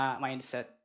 mindset